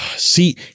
See